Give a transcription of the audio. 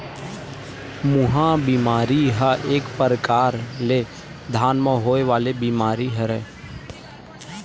माहूँ बेमारी ह एक परकार ले धान म होय वाले बीमारी हरय